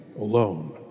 alone